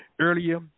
earlier